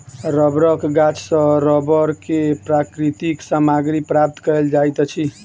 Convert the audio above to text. रबड़क गाछ सॅ रबड़ के प्राकृतिक सामग्री प्राप्त कयल जाइत अछि